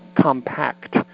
compact